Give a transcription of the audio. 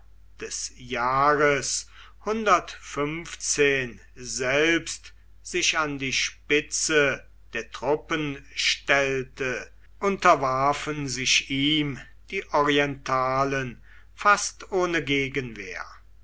des jahres selbst sich an die spitze der truppen stellte unterwarfen sich ihm die orientalen fast ohne gegenwehr